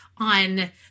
on